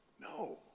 No